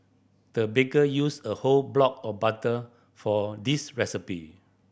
the baker used a whole block of butter for this recipe